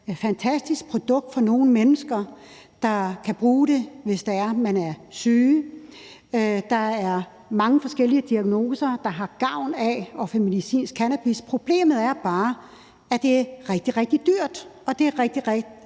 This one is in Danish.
fantastisk produkt, som nogle mennesker kan bruge, hvis de er syge. Der er mange forskellige diagnoser, hvor man har gavn af at få medicinsk cannabis. Problemet er bare, at det er rigtig, rigtig dyrt, og at